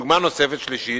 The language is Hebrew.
דוגמה נוספת, שלישית: